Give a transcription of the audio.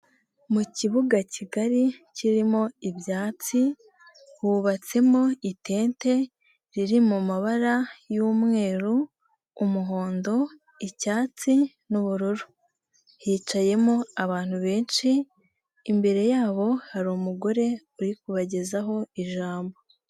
Mu kibuga kigari kirimo ibyatsi, hubatsemo itente riri mu mabara y'umweru, umuhondo, icyatsi n'ubururu hicayemo abantu benshi, imbere yabo hari umugore uri kubagezaho ijambo.